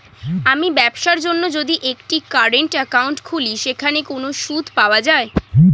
আমি ব্যবসার জন্য যদি একটি কারেন্ট একাউন্ট খুলি সেখানে কোনো সুদ পাওয়া যায়?